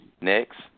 next